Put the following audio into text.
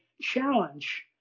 challenge